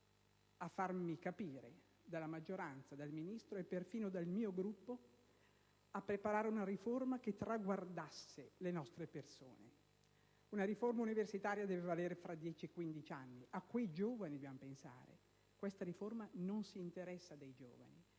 a farmi capire dalla maggioranza, dal Ministro e perfino dal mio Gruppo, nel preparare una riforma che traguardasse le nostre persone. Una riforma universitaria deve valere tra 10-15 anni, ed è a quei giovani che dobbiamo pensare. Questa riforma non si interessa dei giovani,